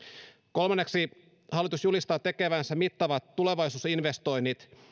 kolmanneksi hallitus julistaa tekevänsä mittavat tulevaisuusinvestoinnit